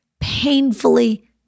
painfully